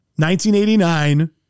1989